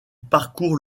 parcourent